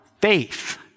faith